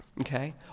Okay